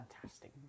fantastic